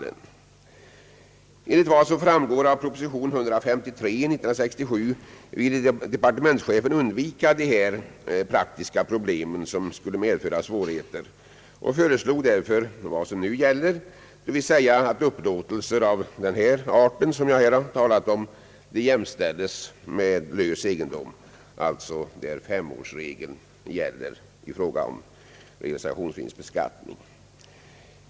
Enligt vad som framgår av proposition 153 år 1967 ville departementschefen undvika sådana praktiska problem, som skulle medföra svårigheter, och föreslog därför, vilket nu gäller, att upplåtelse av den art jag här talat om skulle jämställas med upplåtelse av lös egendom, d. v. s. femårsregeln skulle gälla i fråga om realisationsvinstbeskattningen.